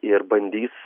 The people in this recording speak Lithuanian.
ir bandys